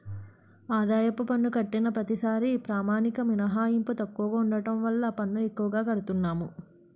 ఆదాయపు పన్ను కట్టిన ప్రతిసారీ ప్రామాణిక మినహాయింపు తక్కువగా ఉండడం వల్ల పన్ను ఎక్కువగా కడతన్నాము